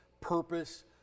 purpose